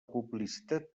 publicitat